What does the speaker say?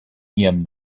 ihrem